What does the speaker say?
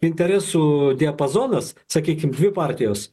interesų diapazonas sakykim dvi partijos